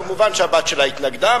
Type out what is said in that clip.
כמובן שהבת שלה התנגדה,